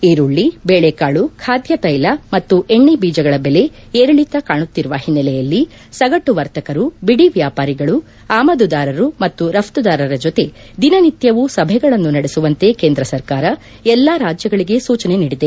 ಈರುಳ್ಳಿ ಬೇಳೆಕಾಳು ಖಾದ್ಯತ್ವೆಲ ಮತ್ತು ಎಣ್ಣೆ ಬೀಜಗಳ ಬೆಲೆ ಏರಿಳಿತ ಕಾಣುತ್ತಿರುವ ಹಿನ್ನೆಲೆಯಲ್ಲಿ ಸಗಟು ವರ್ತಕರು ಬಿದಿ ವ್ಯಾಪಾರಿಗಳು ಆಮದುದಾರರು ಮತ್ತು ರಫ್ತುದಾರರ ಜೊತೆ ದಿನನಿತ್ಯವೂ ಸಭೆಗಳನ್ನು ನಡೆಸುವಂತೆ ಕೇಂದ್ರ ಸರ್ಕಾರ ಎಲ್ಲಾ ರಾಜ್ಯಗಳಿಗೆ ಸೂಚನೆ ನೀಡಿದೆ